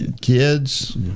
kids